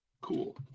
Cool